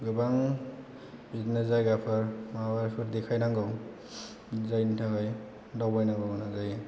गोबां बिदिनो जायगाफोर माबाफोर देखायनांगौ जायनि थाखाय दावबायनांगौ जायो